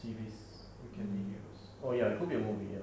series it can be use or ya it could be a movie ya